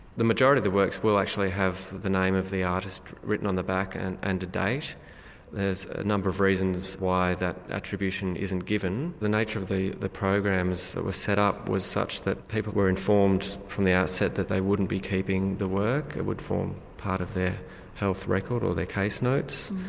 the majority of the works will actually have the name of the artist written on the back and and a date. there are a number of reasons why that attribution isn't given. the nature of the the programs that were set up was such that people were informed from the outset that they wouldn't be keeping the work, it would form part of their health record or their case notes,